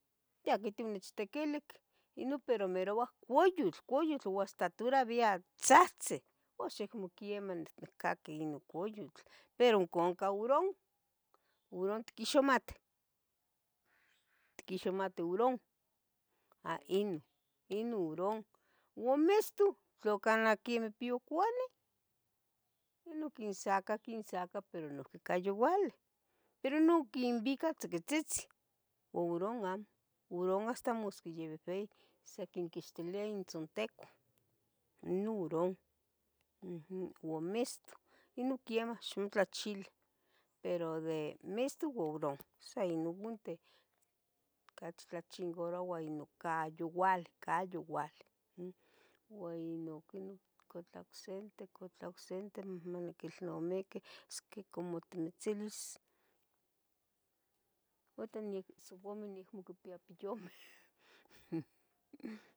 ya quitimichtiquilic, inon pero merouah coyutl, coyutl o hasta toravia tzahtzi, uxan acmo queman itcaqui non coyutl, pero uncancah hurón, hurón itquixmatih, itquixmatih hurón ha inon inon hurón, uan miston tla ocanaquih in piocuani no quinsaca quinsaca pero noiqui cah youaleh, pero no quinbica tzocoztitzih, hurón amo, hurón hasta masqui ya behbeyi san quinquixtelia intzonticon, inon hurón ujum. uan miston, inon quema ixmotlachili, pero de miston ua hurón saye inonteh cachi tlachingaroua cah youal cah youal, ua inon quinon, itlah ocsente, itlah ocsente amo niquilnamiqui, esque como timitzilis horita miac siuameh niacmo quipia piyumeh